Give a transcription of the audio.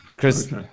Chris